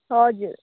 हजुर